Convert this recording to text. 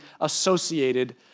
associated